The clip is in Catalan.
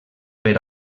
per